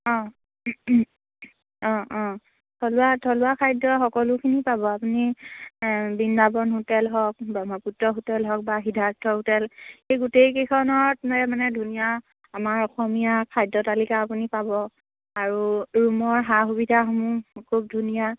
অঁ অঁ অঁ থলুৱা থলুৱা খাদ্য সকলোখিনি পাব আপুনি বৃন্দাবন হোটেল হওক ব্ৰহ্মপুত্ৰ হোটেল হওক বা সিদ্ধাৰ্থ হোটেল সেই গোটেইকেইখনত মানে ধুনীয়া আমাৰ অসমীয়া খাদ্য তালিকা আপুনি পাব আৰু ৰুমৰ সা সুবিধাসমূহ খুব ধুনীয়া